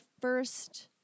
first